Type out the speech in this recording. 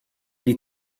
die